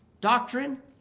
doctrine